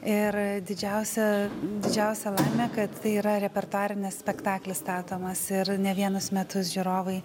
ir didžiausia didžiausia laimė kad tai yra repertuarinis spektaklis statomas ir ne vienus metus žiūrovai